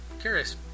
curious